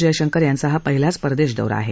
जयशंकर यांचा हा पहिलाच परदेश दौरा आहे